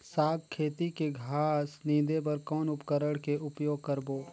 साग खेती के घास निंदे बर कौन उपकरण के उपयोग करबो?